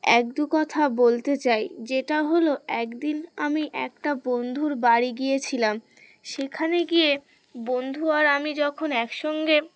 এক দু কথা বলতে চাই যেটা হলো একদিন আমি একটা বন্ধুর বাড়ি গিয়েছিলাম সেখানে গিয়ে বন্ধু আর আমি যখন একসঙ্গে